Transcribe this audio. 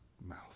mouth